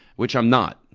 which i'm not.